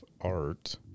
art